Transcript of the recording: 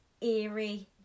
eerie